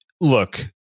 look